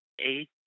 eight